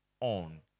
on